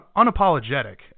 unapologetic